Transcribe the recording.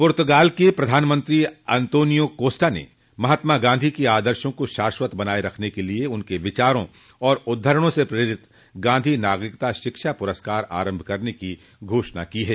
पूर्तगाल के प्रधानमंत्री Antonio Costa ने महात्मा गांधी के आदर्शों को शाश्वत बनाए रखने के लिए उनके विचारों और उद्घरणों से प्रेरित गांधी नागरिकता शिक्षा पुरस्कार आरंभ करने की घोषणा की है